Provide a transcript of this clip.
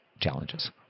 challenges